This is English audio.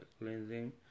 cleansing